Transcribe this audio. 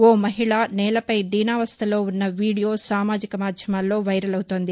ఓ మహిళ నేల పై దీనావస్థలో ఉన్న వీడియో సామాజిక మాధ్యమాల్లో వైరల్ అవుతోంది